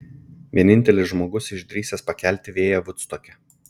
vienintelis žmogus išdrįsęs pakelti vėją vudstoke